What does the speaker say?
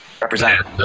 represent